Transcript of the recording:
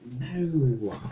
No